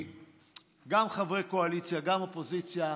גם חברי קואליציה, גם אופוזיציה,